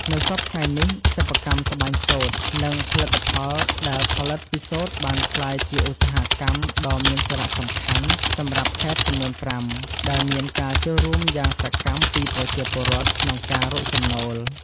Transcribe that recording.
នៅសព្វថ្ងៃនេះ សិប្បកម្មត្បាញសូត្រ និងផលិតផលដែលផលិតពីសូត្របានក្លាយជាឧស្សាហកម្មដ៏មានសារៈសំខាន់សម្រាប់ខេត្តចំនួនប្រាំ ដែលមានការចូលរួមយ៉ាងសកម្មពីប្រជាពលរដ្ឋក្នុងការរកចំណូល។